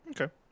Okay